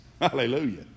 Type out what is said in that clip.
Hallelujah